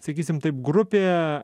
sakysim taip grupė